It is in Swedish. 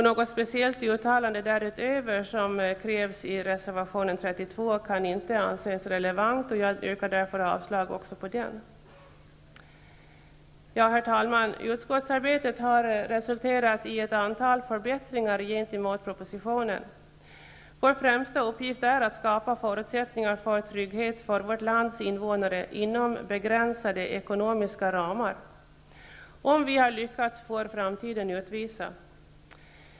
Något speciellt uttalande därutöver som krävs i reservation 32 kan inte anses relevant. Jag yrkar därför avslag på denna reservation. Herr talman! Utskottsarbetet har resulterat i ett antal förbättringar i förhållande till propositionen. Vår främsta uppgift är att skapa förutsättningar för trygghet för vårt lands invånare inom begränsade ekonomiska ramar. Om vi har lyckats får framtiden utvisa.